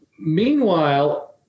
Meanwhile